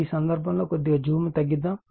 ఈ సందర్భంలో జూమ్ను కొద్దిగా తగ్గించుకుందాం